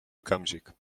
okamžik